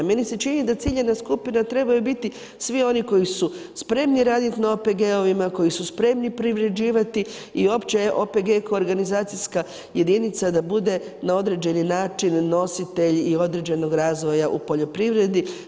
Meni se čini da ciljana skupina trebaju biti svi oni koji su spremni raditi na OPG-ovima, koji su spremni privređivati i uopće OPG kao organizacijska jedinica da bude na određeni način nositelj i određenog razvoja u poljoprivredi.